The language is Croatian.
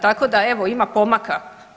Tako da evo ima pomaka.